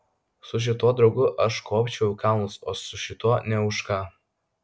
su šituo draugu aš kopčiau į kalnus o su šituo nė už ką